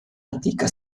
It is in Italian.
antica